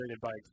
bike